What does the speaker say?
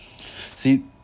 see